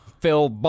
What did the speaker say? Phil